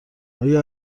آیا